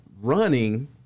running